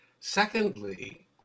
secondly